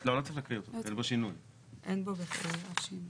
או בשתי מילים, חוק חריש.